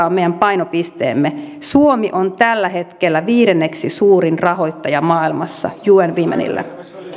on meidän painopisteemme suomi on tällä hetkellä viidenneksi suurin rahoittaja maailmassa un womenille